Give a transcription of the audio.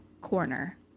corner